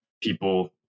people